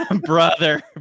Brother